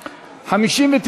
60,